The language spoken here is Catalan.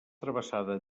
travessada